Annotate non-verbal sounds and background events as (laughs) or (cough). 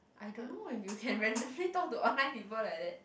I don't know if you can (laughs) randomly talk to online people like that